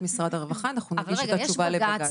משרד הרווחה אנחנו נגיש את התשובה לבג"ץ.